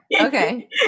Okay